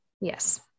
Yes